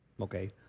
Okay